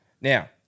Now